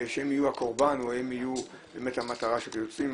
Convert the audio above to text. שהם יהיו הקורבן או הם יהיו המטרה של האילוצים.